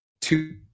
two